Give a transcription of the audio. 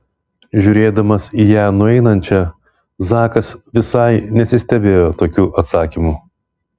žiūrėdamas į ją nueinančią zakas visai nesistebėjo tokiu atsakymu